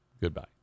Goodbye